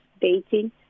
dating